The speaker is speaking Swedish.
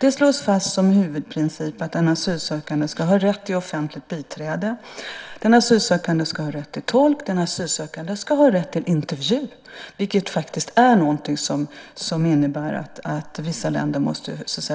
Det slås också fast, som en huvudprincip, att en asylsökande ska ha rätt till offentligt biträde, rätt till tolk, rätt till intervju. Detta i sin tur innebär att vissa länder måste